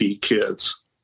kids